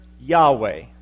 Yahweh